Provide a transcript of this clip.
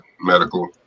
medical